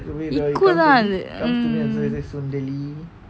இங்கு தான் அது:ikku thaan athu mm